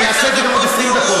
אני אעשה את זה גם עוד 20 דקות.